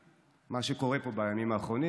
על מה שקורה פה בימים האחרונים,